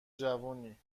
جوونی